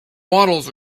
waddles